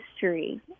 history